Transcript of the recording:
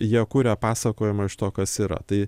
jie kuria pasakojimą iš to kas yra tai